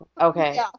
Okay